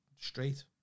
straight